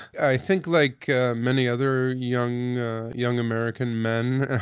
i think like many other young ah young american men,